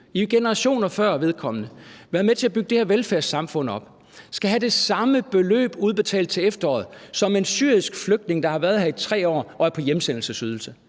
i generationer – og som har været med til at bygge det her velfærdssamfund op, skal have det samme beløb udbetalt til efteråret som en syrisk flygtning, der har været her i 3 år og er på hjemsendelsesydelse.